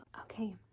okay